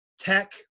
Tech